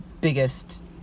biggest